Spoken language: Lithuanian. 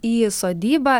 į sodybą